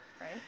Right